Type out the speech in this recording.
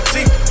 See